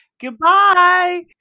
Goodbye